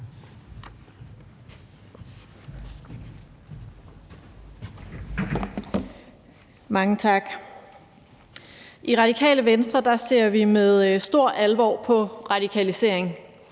Mange tak. I Radikale Venstre ser vi med stor alvor på radikalisering.